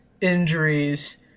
injuries